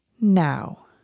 now